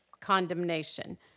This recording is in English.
condemnation